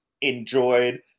enjoyed